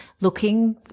looking